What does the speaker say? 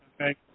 Okay